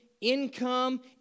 income